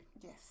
Yes